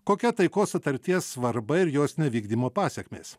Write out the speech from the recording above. kokia taikos sutarties svarba ir jos nevykdymo pasekmės